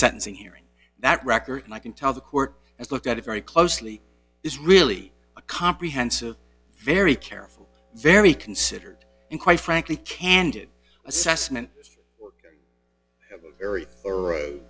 sentencing hearing that record and i can tell the court has looked at it very closely is really a comprehensive very careful very considered and quite frankly candid assessment area or